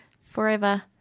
forever